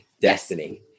destiny